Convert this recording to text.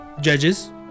judges